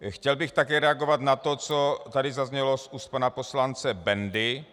Chtěl bych také reagovat na to, co tady zaznělo z úst pana poslance Bendy.